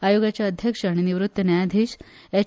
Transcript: आयोगाचे अध्यक्ष आनी निवृत्त न्यायाधिश एच